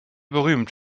berühmt